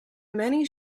many